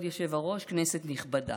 כבוד היושב-ראש, כנסת נכבדה,